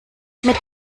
mit